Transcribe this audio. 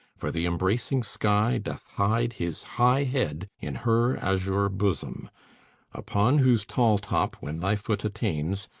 for the embracing sky doth hide his high head in her azure bosom upon whose tall top when thy foot attains,